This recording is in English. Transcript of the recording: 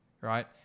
right